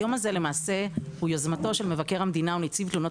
היום הזה למעשה הוא יוזמתו של מבקר המדינה ונציב תלונות